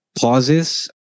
pauses